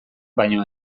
baino